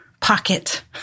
pocket